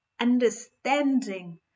understanding